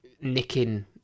nicking